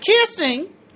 kissing